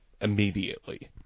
immediately